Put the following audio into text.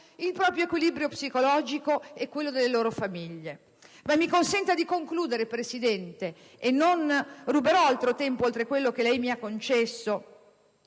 il proprio equilibrio psicologico e quello delle proprie famiglie. Mi consenta di concludere, Presidente (non ruberò altro tempo oltre quello che lei mi ha concesso),